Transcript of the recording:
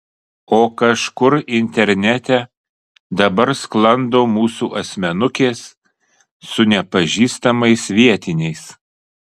o kažkur internete dabar sklando mūsų asmenukės su nepažįstamais vietiniais